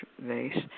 vase